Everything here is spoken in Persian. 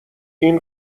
این